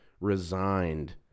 resigned